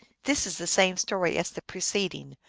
this is the same story as the preceding,